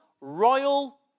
royal